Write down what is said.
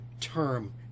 term